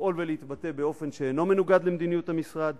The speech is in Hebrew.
לפעול ולהתבטא באופן שאינו מנוגד למדיניות המשרד,